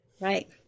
Right